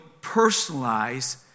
personalize